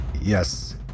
Yes